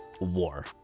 war